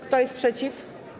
Kto jest przeciw?